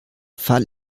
fall